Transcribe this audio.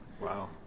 Wow